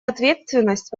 ответственность